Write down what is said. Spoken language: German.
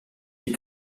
die